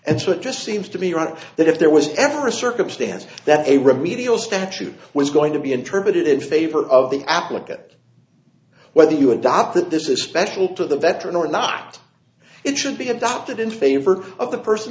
and so it just seems to me ironic that if there was ever a circumstance that a remedial statute was going to be interpreted in favor of the applicant whether you adopt that this is special to the veteran or not it should be adopted in favor of the person